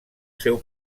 seu